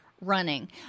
running